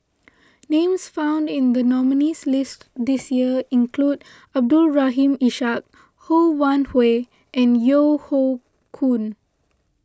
names found in the nominees' list this year include Abdul Rahim Ishak Ho Wan Hui and Yeo Hoe Koon